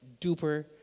duper